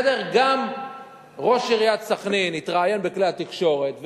גם ראש עיריית סח'נין התראיין בכלי התקשורת ואמר: